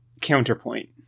counterpoint